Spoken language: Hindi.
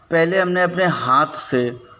पहले हमने अपने हाथ से